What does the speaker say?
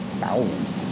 thousands